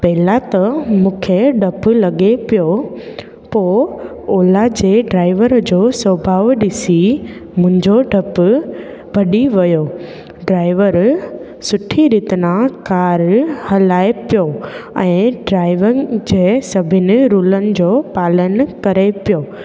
पहिरियों त मूंखे डप लॻे पियो ओला जे ड्राइवर जो स्वभाव ॾिसी मुंहिंजो डपु भॼी वयो ड्राइवर सुठी रीति सां कार हलाये पियो ऐं ड्राइवनि जे सभिनी रूलनि जो पालनि करे पियो